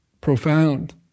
profound